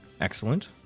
Excellent